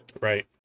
Right